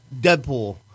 Deadpool